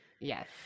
yes